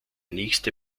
nächste